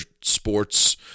sports